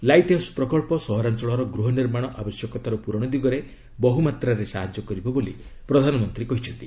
light house ପ୍ରକଳ୍ପ ସହରାଞ୍ଚଳର ଗୃହନିର୍ମାଣ ଆବଶ୍ୟକତାର ପୂରଣ ଦିଗରେ ବହୁମାତ୍ରାରେ ସାହାଯ୍ୟ କରିବ ବୋଲି ପ୍ରଧାନମନ୍ତ୍ରୀ କହିଛନ୍ତି